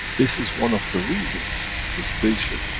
this is one of the reasons the spaceship,